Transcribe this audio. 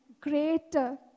greater